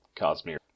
Cosmere